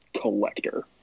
collector